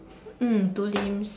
mm two limbs